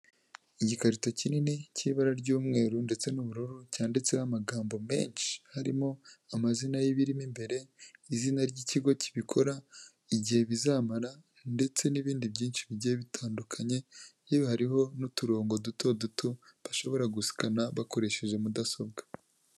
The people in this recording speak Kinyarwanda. Igikarito kinini cy'ibara ry'umweru ndetse n'ubururu, cyanditse n'amagambo menshi. Harimo amazina y'ibiririmo imbere, izina ry'ikigo kibikora igihe bizamara ndetse n'ibindi byinshi bigiye bitandukanye, yewe hariho n'uturongo duto duto bashobora gusikana bakoresheje mudasobwa.